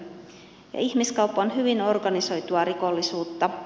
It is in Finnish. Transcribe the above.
ihmiskauppa on hyvin organisoitua rikollisuutta